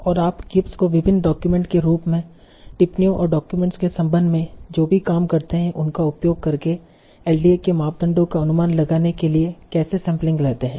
और आप गिब्स को विभिन्न डाक्यूमेंट्स के रूप में टिप्पणियों और डाक्यूमेंट्स के संबंध में जो भी काम करते हैं उनका उपयोग करके एलडीए के मापदंडों का अनुमान लगाने के लिए कैसे सैंपलिंग लेते हैं